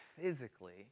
physically